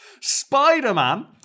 Spider-Man